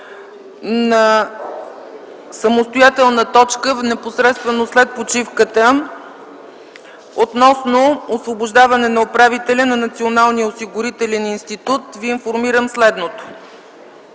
на самостоятелна точка непосредствено след почивката относно Освобождаване на управителя на Националния осигурителен институт, ви информирам следното.